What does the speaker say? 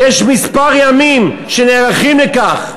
יש כמה ימים להיערך לכך,